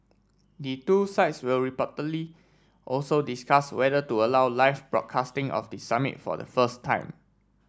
the two sides will reportedly also discuss whether to allow live broadcasting of the summit for the first time